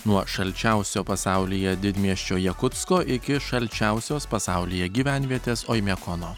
nuo šalčiausio pasaulyje didmiesčio jakutsko iki šalčiausios pasaulyje gyvenvietės oimiakono